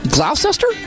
Gloucester